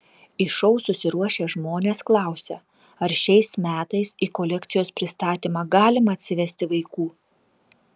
į šou susiruošę žmonės klausia ar šiais metais į kolekcijos pristatymą galima atsivesti vaikų